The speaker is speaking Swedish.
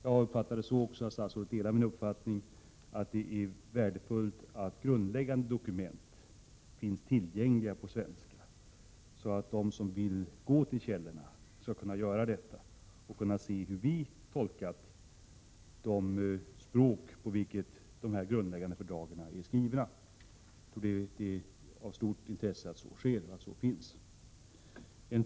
Jag uppfattar också svaret så, att statsrådet delar min uppfattning att det är värdefullt att grundläggande dokument finns tillgängliga på svenska, så att de som vill gå till källorna kan göra detta och se hur vi tolkar de språk på vilka dessa grundläggande fördrag är skrivna. Det är av stort intresse att så kan ske.